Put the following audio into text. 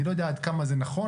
אני לא יודע עד כמה זה נכון,